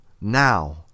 now